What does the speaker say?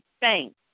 thanks